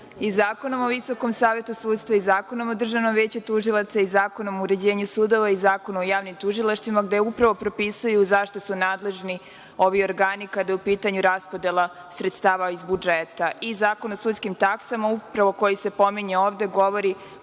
i Zakonom o VSS i Zakonom o Državnom veću tužilaca i Zakonom o uređenju sudova i Zakonom o javnim tužilaštvima, gde upravo propisuju zašto su nadležni ovi organi kada je u pitanju raspodela sredstava iz budžeta. I Zakon o sudskim taksama upravo koji se pominje ovde govori